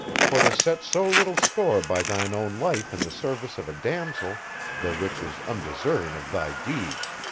for to set so little store by thine own life in the service of a damosel the which is undeserving of thy deeds.